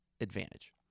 advantage